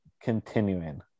continuing